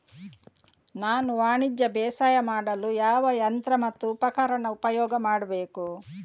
ನಾನು ವಾಣಿಜ್ಯ ಬೇಸಾಯ ಮಾಡಲು ಯಾವ ಯಂತ್ರ ಮತ್ತು ಉಪಕರಣ ಉಪಯೋಗ ಮಾಡಬೇಕು?